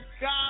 God